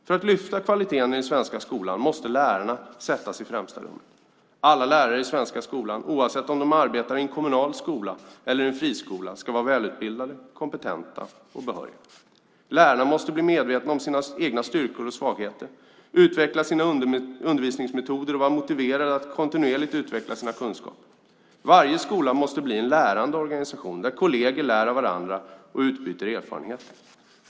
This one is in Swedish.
För att höja kvaliteten i den svenska skolan måste lärarna sättas i främsta rummet. Alla lärare i den svenska skolan - oavsett om de arbetar i en kommunal skola eller om de arbetar i en friskola - ska vara välutbildade, kompetenta och behöriga. Lärarna måste bli medvetna om sina egna styrkor och svagheter, utveckla sina undervisningsmetoder och vara motiverade att kontinuerligt utveckla sina kunskaper. Varje skola måste bli en lärande organisation där kolleger lär av varandra och utbyter erfarenheter.